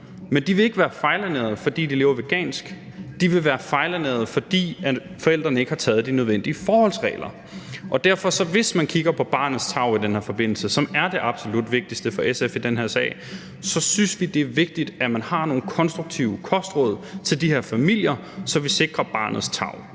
Men de vil ikke være fejlernærede, fordi de lever vegansk; de vil være fejlernærede, fordi forældrene ikke har taget de nødvendige forholdsregler. Derfor: Hvis man kigger på barnets tarv i den her forbindelse, som er det absolut vigtigste for SF i den her sag, så synes vi, det er vigtigt, at man har nogle konstruktive kostråd til de her familier, så vi sikrer barnets tarv,